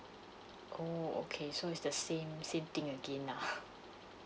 oh okay so is the same same thing again lah